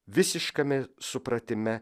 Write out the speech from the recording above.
visiškame supratime